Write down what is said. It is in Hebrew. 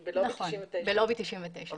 היא בלובי 99. נכון,